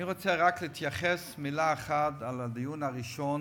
אני רוצה רק להתייחס במילה אחת לדיון הראשון,